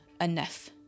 enough